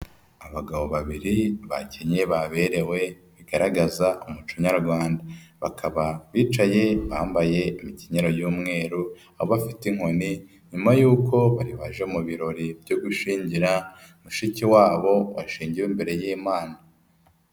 Abagabo babiri bakenyeye baberewe bigaragaza umuco nyarwanda, bakaba bicaye bambaye imikenyero y'umweru aho bafite inkoni nyuma y'uko bari baje mu birori byo gushingira mushiki wabo washingiwe imbere y'Imana.